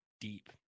Deep